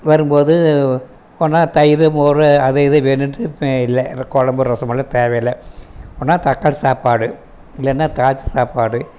வரும்போது கொஞ்சமாக தயிர் மோர் அது இது வேணும்ன்ட்டு இல்லை குழம்பு ரசம் எல்லாம் தேவை இல்லை ஒன்னு தக்காளி சாப்பாடு இல்லைனா தாளித்த சாப்பாடு